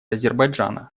азербайджана